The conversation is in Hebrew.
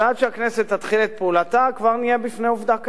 ועד שהכנסת תתחיל את פעולתה כבר נהיה בפני עובדה קיימת.